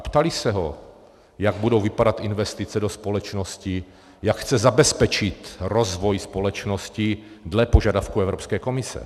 Ptali se ho, jak budou vypadat investice do společnosti, jak chce zabezpečit rozvoj společnosti dle požadavků Evropské komise.